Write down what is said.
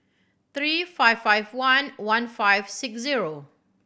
three five five one one five six zero